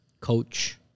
coach